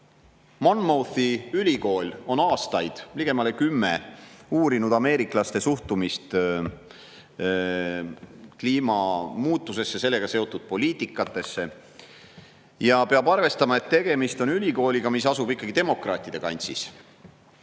Monmouthi ülikool on aastaid, ligemale kümme, uurinud ameeriklaste suhtumist kliimamuutusesse ja sellega seotud poliitikasse. Peab arvestama, et tegemist on ülikooliga, mis asub ikkagi demokraatide kantsis.